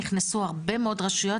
נכנסו הרבה מאוד רשויות,